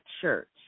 Church